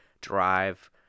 drive